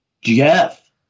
Jeff